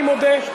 אני מודה,